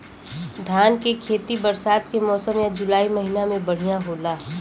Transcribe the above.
धान के खेती बरसात के मौसम या जुलाई महीना में बढ़ियां होला?